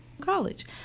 college